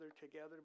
together